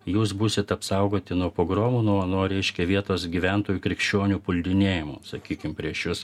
jūs būsit apsaugoti nuo pogromų nuo nuo reiškia vietos gyventojų krikščionių puldinėjimų sakykim prieš jus